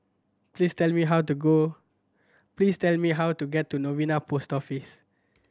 please tell me how to go please tell me how to get to Novena Post Office